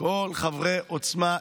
לכל חברי עוצמה יהודית: